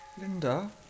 Linda